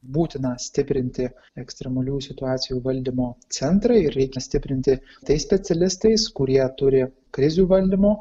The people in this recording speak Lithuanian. būtina stiprinti ekstremaliųjų situacijų valdymo centrą ir reikia stiprinti tais specialistais kurie turi krizių valdymo